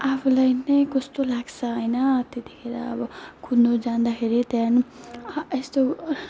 आफूलाई नै कस्तो लाग्छ होइन त्यत्तिखेर अब कुद्नु जाँदाखेरि त्यहाँदेखि यस्तो